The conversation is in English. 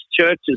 churches